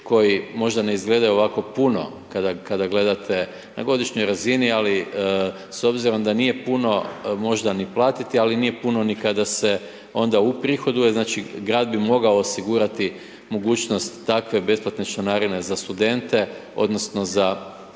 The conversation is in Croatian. koji možda ne izgledaju ovako puno kada gledate na godišnjoj razini, ali s obzirom da nije puno možda ni platiti, ali nije puno ni kada se onda uprihoduje, znači grad bi mogao osigurati mogućnost takve besplatne članarine za studente, odnosno za